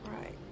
Right